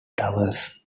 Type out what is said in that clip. towers